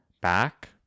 back